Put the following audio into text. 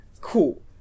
cool